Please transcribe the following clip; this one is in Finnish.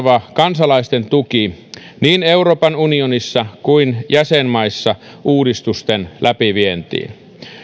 kansalaisten tuki niin euroopan unionissa kuin jäsenmaissa uudistusten läpivientiin